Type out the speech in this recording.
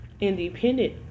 independent